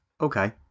Okay